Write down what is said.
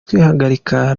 kwihagarika